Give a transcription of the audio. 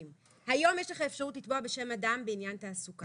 היום יש לך אפשרות לתבוע בשם אדם בעניין תעסוקה.